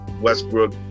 Westbrook